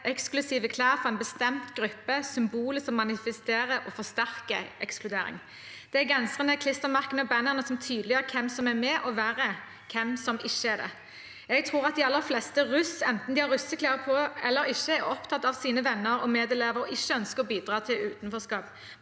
eksklusive klær for en bestemt gruppe symboler som manifesterer og forsterker ekskludering. Det er genserne, klistremerkene og bannerne som tydeliggjør hvem som er med, og – verre – hvem som ikke er det. Jeg tror de aller fleste russ, enten de har russeklær på eller ikke, er opptatt av sine venner og medelever og ikke ønsker å bidra til utenforskap,